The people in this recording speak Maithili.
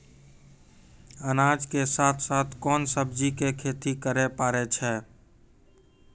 अनाज के साथ साथ कोंन सब्जी के खेती करे पारे छियै?